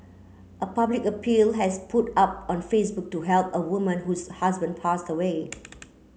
a public appeal has put up on Facebook to help a woman whose husband passed away